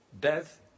death